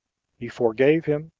he forgave him,